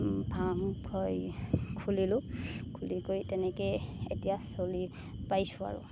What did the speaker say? farm খুলিলোঁ খুলি কৰি তেনেকেই এতিয়া চলি পাৰিছোঁ আৰু